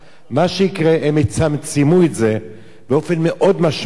מה שיקרה, הם יצמצמו את זה באופן מאוד משמעותי,